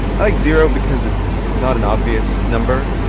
i like zero because it's it's not an obvious number.